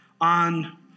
on